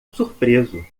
surpreso